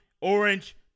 orange